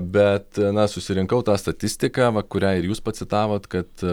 bet na susirinkau tą statistiką va kurią ir jūs pacitavot kad